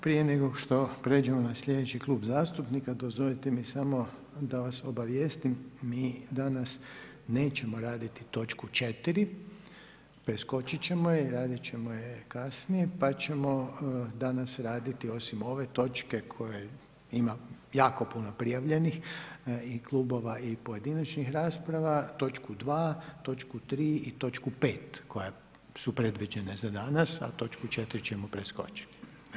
Prije nego što pređemo na slijedeći Klub zastupnika, dozvolite mi samo da vas obavijestim, mi danas nećemo raditi točku 4. preskočiti ćemo je i raditi ćemo ju kasnije, pa ćemo danas raditi osim ove točke koje ima jako puno prijavljenih i klubova i pojedinačnih rasprava, točku 2., točku 3. i točku 5. koje su predviđene za danas, a točku 4. ćemo preskočiti.